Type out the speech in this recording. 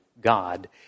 God